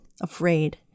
afraid